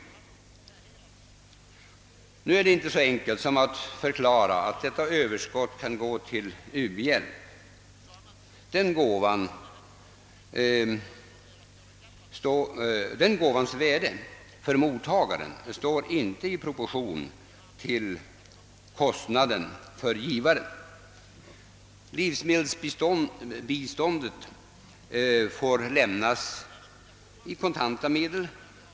Det är inte så enkelt som att förklara att detta överskott kan gå till u-hjälp. Den gåvans värde för mottagaren står icke i proportion till vad den kostar givaren. Livsmedelsbiståndet får lämnas i kontanta medel.